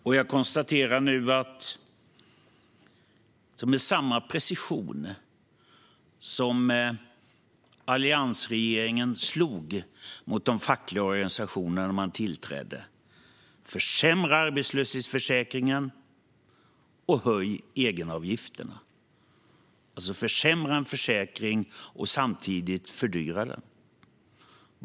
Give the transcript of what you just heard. När alliansregeringen tillträdde slog den med precision mot de fackliga organisationerna genom att försämra arbetslöshetsförsäkringen och höja egenavgifterna, alltså genom att försämra en försäkring och samtidigt fördyra den.